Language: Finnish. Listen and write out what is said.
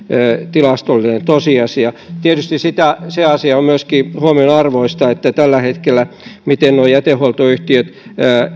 tilastollinen tosiasia tietysti on myöskin huomionarvoista tällä hetkellä se asia miten nuo jätehuoltoyhtiöt